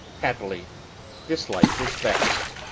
haply this life is best,